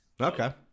okay